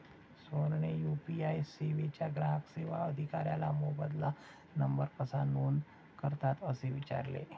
सोहनने यू.पी.आय सेवेच्या ग्राहक सेवा अधिकाऱ्याला मोबाइल नंबर कसा नोंद करतात असे विचारले